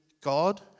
God